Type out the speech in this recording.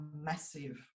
massive